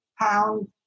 pound